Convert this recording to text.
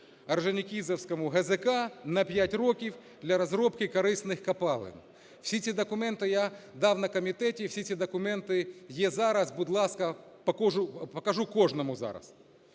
Орджонікідзевському ГЗК на 5 років для розробки корисних копалин. Всі ці документи я дав на комітеті, і всі ці документи є зараз, будь ласка, покажу кожному зараз.